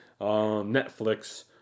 Netflix